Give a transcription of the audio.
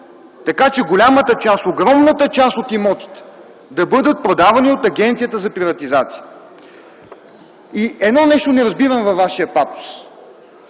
така че голямата част, огромната част от имотите да бъдат продавани от Агенцията за приватизация. Едно нещо не разбирам във Вашия патос